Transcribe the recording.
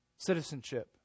Citizenship